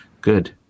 good